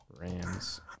Rams